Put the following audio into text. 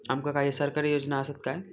आमका काही सरकारी योजना आसत काय?